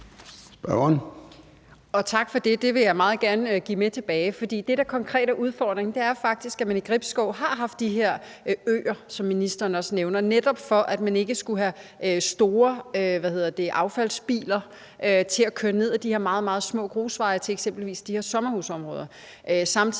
Tak for det. Det vil jeg meget gerne tage med tilbage. For det, der konkret er udfordringen, er faktisk, at man i Gribskov har haft de her øer, som ministeren også nævner, netop for at man ikke skulle have store affaldsbiler til at køre ned ad de her meget, meget små grusveje til eksempelvis de her sommerhusområder.